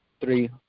Three